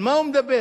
על מה הוא מדבר?